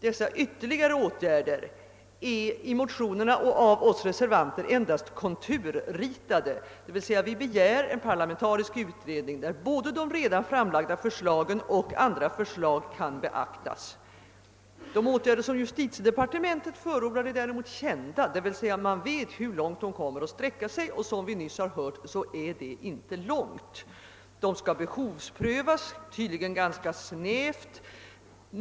Dessa yiterligare åtgärder är i motionerna och äv oss reservanter endast konturritade, dvs. vi begär en parlamentarisk utredning där både de redan framlagda förslagen och andra förslag kan beaktas. De åtgärder som justitiedepartemente: förordar är däremot kända, dvs. man vet hur långt de kommer att sträcka sig — och som vi nyss har hört så är det inte långt. Ersättningen skall behovsprövas, tydligen ganska snävt.